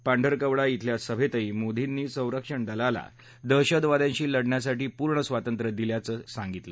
पांढरकवडा श्वेल्या सभेतही मोदींनी संरक्षण दलाला दहशतवाद्यांशी लढण्यासाठी पूर्ण स्वातंत्र्य दिल्याचं त्यांनी यावेळी सांगितलं